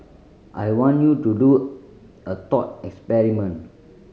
I want you to do a thought experiment